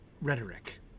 rhetoric